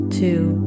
two